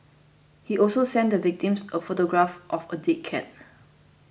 he also sent the victims a photograph of a dead cat